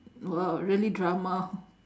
!wow! really drama